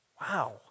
Wow